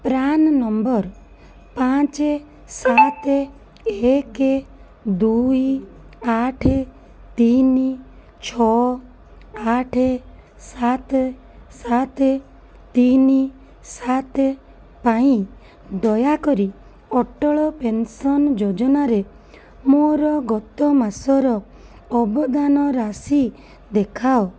PRAN number ପାଞ୍ଚ ସାତ୍ ଏକ୍ ଦୁଇ ଆଠ ତିନି ଛଅ ଆଠ ସାତ୍ ସାତ୍ ତିନି ସାତ୍ ପାଇଁ ଦୟାକରି ଅଟଳ ପେନ୍ସନ୍ ଯୋଜନାରେ ମୋର ଗତ ମାସର ଅବଦାନ ରାଶି ଦେଖାଅ